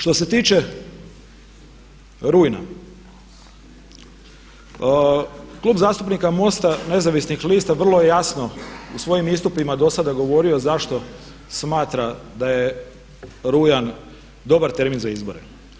Što se tiče rujna, Klub zastupnika MOST-a nezavisnih lista vrlo je jasno u svojim istupima dosada govorio zašto smatra da je rujan dobar termin za izbore.